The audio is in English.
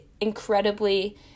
incredibly